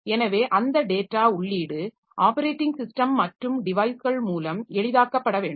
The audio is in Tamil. எனவே அந்த டேட்டா உள்ளீடு ஆப்பரேட்டிங் ஸிஸ்டம் மற்றும் டிவைஸ்கள் மூலம் எளிதாக்கப்பட வேண்டும்